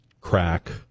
crack